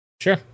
Sure